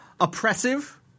Oppressive